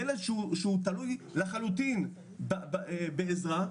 ילד שהוא תלוי לחלוטין בעזרה,